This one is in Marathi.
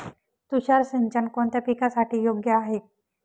तुषार सिंचन कोणत्या पिकासाठी योग्य आहे?